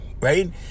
Right